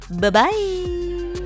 Bye-bye